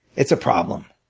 it's a problem.